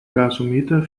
gasometer